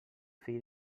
fill